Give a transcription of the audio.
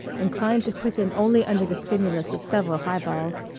inclined to quicken only under the stimulus of several high-balls,